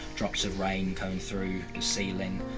drops of rain coming through the ceiling,